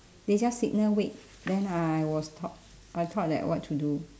they just signal wait then I was thought I thought like what to do